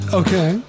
okay